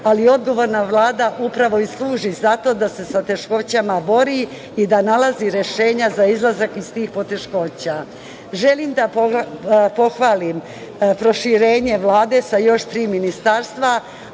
ali odgovorna Vlada upravo i služi za to da se sa teškoćama bori i da nalazi rešenja za izlazak iz tih poteškoća. Želim da pohvalim proširenje Vlade sa još tri ministarstva,